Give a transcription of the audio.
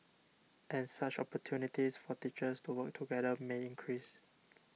and such opportunities for teachers to work together may increase